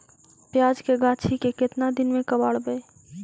प्याज के गाछि के केतना दिन में कबाड़बै?